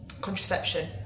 contraception